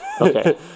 Okay